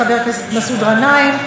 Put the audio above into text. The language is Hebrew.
חבר הכנסת מסעוד גנאים,